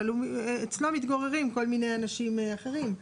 אבל אצלו מתגוררים כל מיני אנשים אחרים.